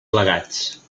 al·legats